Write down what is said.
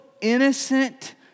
innocent